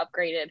upgraded